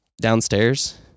downstairs